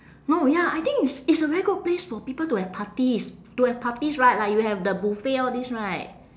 no ya I think it's it's a very good place for people to have parties to have parties right like you have the buffet all these right